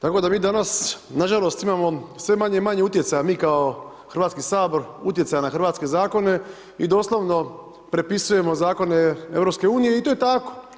Tako da mi danas nažalost imamo sve manje i manje utjecaja, mi kao Hrvatski sabor utjecaja na hrvatske zakone i doslovno prepisujemo zakone EU i to je tako.